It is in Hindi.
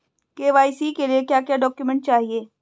के.वाई.सी के लिए क्या क्या डॉक्यूमेंट चाहिए?